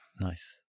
nice